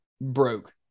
broke